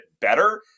better